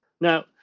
Now